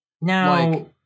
Now